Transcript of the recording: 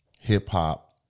hip-hop